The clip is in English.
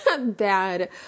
bad